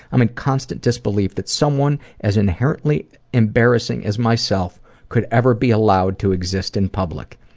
i'm in constant disbelief that someone as inherently embarrassing as myself could ever be allowed to exist in public.